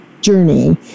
journey